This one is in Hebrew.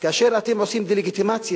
כאשר אתם עושים דה-לגיטימציה,